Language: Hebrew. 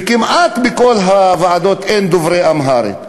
וכמעט בכל הוועדות אין דוברי אמהרית.